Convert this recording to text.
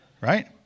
right